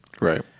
Right